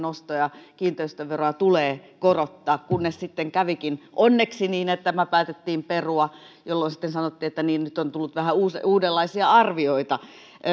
nosto ja kiinteistöveroa tulee korottaa kunnes sitten kävikin onneksi niin että tämä päätettiin perua jolloin sitten sanottiin että nyt on tullut vähän uudenlaisia arvioita